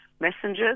messengers